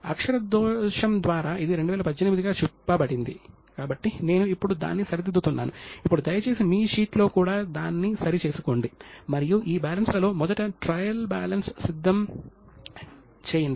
ఇదంతా పురాతన భారతదేశం గురించి ఇక్కడ అకౌంటింగ్ చాలా బాగా అభివృద్ధి చెందింది